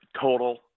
Total